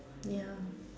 ya